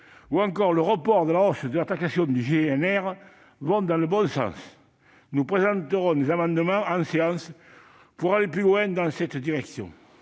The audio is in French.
ou encore le report de la hausse de la taxation du GNR vont dans le bon sens. Nous présenterons des amendements pour aller plus loin dans cette direction.